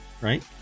right